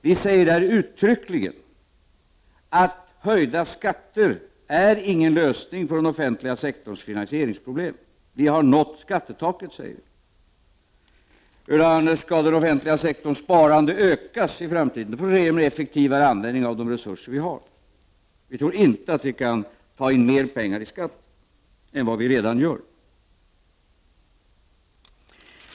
Vi säger där uttryckligen att höjda skatter inte är någon lösning på den offentliga sektorns finansieringsproblem. Vi framhåller att skattetaket har nåtts. Skall den offentliga sektorns sparande ökas i framtiden, får det ske med en effektivare användning av de resurser som vi har. Vi tror inte att vi kan ta in mer pengar i skatt än vad vi redan gör.